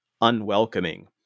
unwelcoming